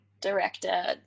director